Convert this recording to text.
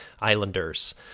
Islanders